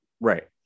Right